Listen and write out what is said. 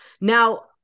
now